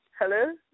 Hello